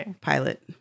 pilot